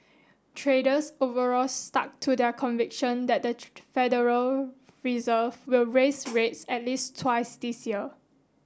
traders overall stuck to their conviction that the Federal Reserve will raise rates at least twice this year